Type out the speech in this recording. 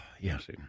Yes